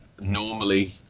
normally